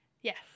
Yes